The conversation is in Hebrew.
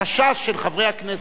החשש של חברי הכנסת,